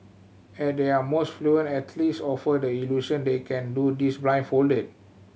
at their most fluent athletes offer the illusion they can do this blindfolded